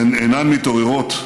הן אינן מתעוררות,